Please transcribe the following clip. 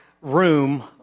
room